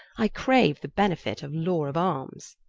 i craue the benefit of law of armes